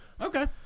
Okay